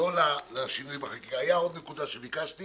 היתה עוד נקודה שביקשתי